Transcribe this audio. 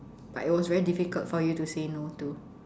but it was very difficult for you to say no to